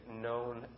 known